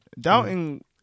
Doubting